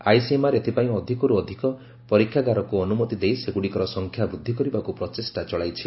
ICMR ଏଥିପାଇଁ ଅଧିକରୁ ଅଧିକ ପରୀକ୍ଷାଗାରକୁ ଅନୁମତି ଦେଇ ସେଗୁଡ଼ିକର ସଂଖ୍ୟା ବୃଦ୍ଧି କରିବାକୁ ପ୍ରଚେଷ୍ଟା ଚଳାଇଛି